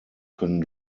können